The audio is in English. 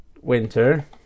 winter